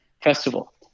festival